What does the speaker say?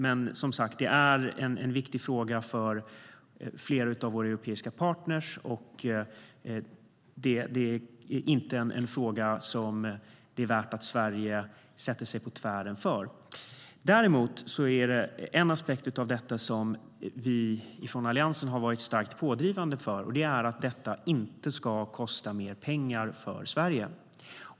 Men det är en viktig fråga för flera av våra europeiska partner, och det är inte en fråga där det är värt att Sverige sätter sig på tvären. Däremot finns det en aspekt av detta som vi från Alliansen har varit starkt pådrivande för, och det är att detta inte ska kosta mer för Sverige.